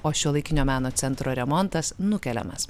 o šiuolaikinio meno centro remontas nukeliamas